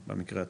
במקרה הטוב,